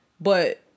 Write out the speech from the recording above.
But-